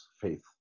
faith